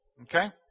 Okay